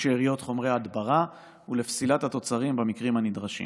לשאריות חומרי הדברה ועל פסילת התוצרים במקרים הנדרשים.